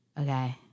okay